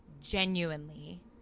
genuinely